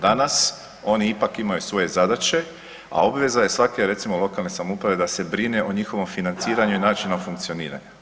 Danas oni ipak imaju svoje zadaće, a obveza je svake recimo lokalne samouprave da se brine o njihovom financiranju i načinu funkcioniranja.